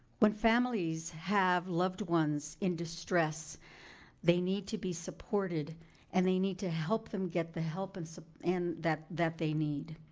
when families have loved ones in distress they need to be supported and they need to help them get the help and that that they need.